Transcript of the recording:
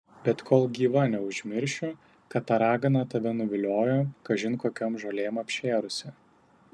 bet kol gyva neužmiršiu kad ta ragana tave nuviliojo kažin kokiom žolėm apšėrusi